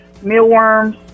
mealworms